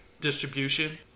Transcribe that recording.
distribution